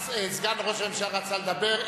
סגן ראש הממשלה רצה לדבר,